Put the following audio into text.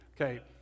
Okay